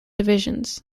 divisions